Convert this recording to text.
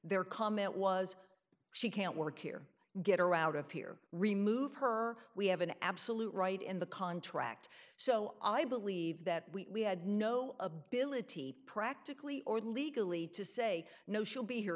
their comment was she can't work here get her out of here remove her we have an absolute right in the contract so i believe that we had no ability practically or legally to say no she'll be here